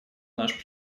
наш